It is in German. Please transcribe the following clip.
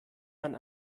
man